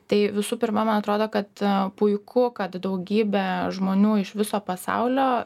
tai visų pirma man atrodo kad puiku kad daugybė žmonių iš viso pasaulio